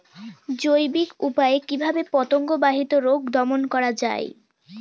জৈবিক উপায়ে কিভাবে পতঙ্গ বাহিত রোগ দমন করা যায়?